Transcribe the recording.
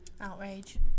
Outrage